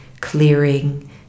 clearing